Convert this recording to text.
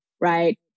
right